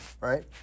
right